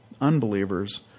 unbelievers